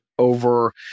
over